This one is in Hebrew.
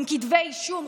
עם כתבי אישום,